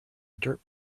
dirt